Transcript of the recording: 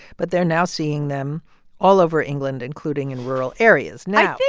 but they're now seeing them all over england, including in rural areas. now.